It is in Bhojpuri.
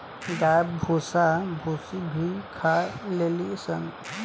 गाय भूसा भूसी भी खा लेली सन